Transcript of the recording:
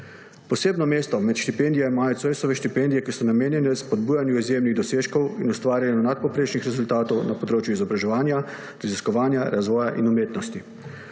Posebno mesto med štipendijami imajo Zoisove štipendije, ki so namenjene spodbujanju izjemnih dosežkov in ustvarjanju nadpovprečnih rezultatov na področju izobraževanja, raziskovanja, razvoja in umetnosti.